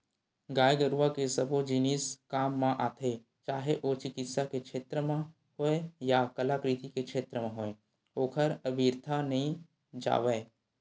गाय गरुवा के सबो जिनिस काम म आथे चाहे ओ चिकित्सा के छेत्र म होय या कलाकृति के क्षेत्र म होय ओहर अबिरथा नइ जावय